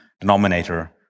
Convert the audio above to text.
denominator